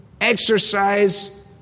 exercise